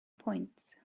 points